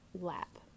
lap